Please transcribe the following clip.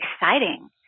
exciting